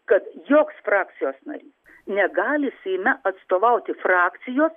kad joks frakcijos narys negali seime atstovauti frakcijos